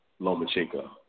Lomachenko